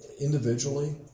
individually